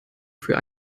für